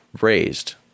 raised